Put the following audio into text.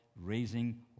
raising